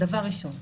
דבר שני,